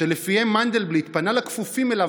שלפיהם מנדלבליט פנה לכפופים אליו